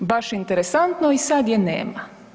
Baš interesantno i sad je nema.